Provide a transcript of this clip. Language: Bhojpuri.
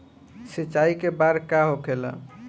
सिंचाई के बार होखेला?